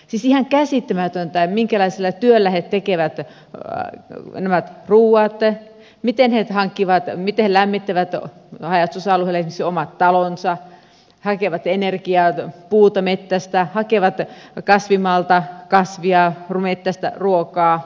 siis ihan käsittämätöntä minkälaisella työllä he tekevät ruuat miten he hankkivat miten lämmittävät haja asutusalueilla esimerkiksi omat talonsa hakevat energiaa puuta metsästä hakevat kasvimaalta kasveja metsästä ruokaa